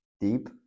deep